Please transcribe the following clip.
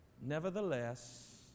Nevertheless